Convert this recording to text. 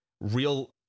real